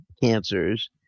cancers